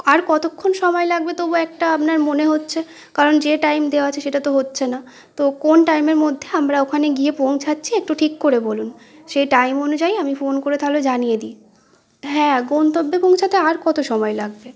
আর কতক্ষণ সময় লাগবে তবু একটা আপনার মনে হচ্ছে কারণ যে টাইম দেওয়া আছে সেটা তো হচ্ছে না তো কোন টাইমের মধ্যে আমরা ওখানে গিয়ে পৌঁছাচ্ছি একটু ঠিক করে বলুন সে টাইম অনুযায়ী আমি ফোন করে তাহলে জানিয়ে দিই হ্যাঁ গন্তব্যে পৌঁছাতে আর কত সময় লাগবে